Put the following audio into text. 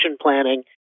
planning